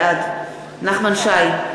בעד נחמן שי,